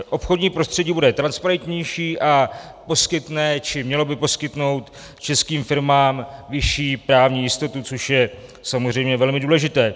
Obchodní prostředí bude transparentnější a poskytne, či mělo by poskytnout českým firmám vyšší právní jistotu, což je samozřejmě velmi důležité.